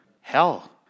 Hell